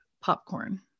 popcorn